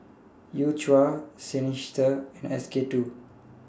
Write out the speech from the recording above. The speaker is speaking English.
U Cha Seinheiser and SK two